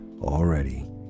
already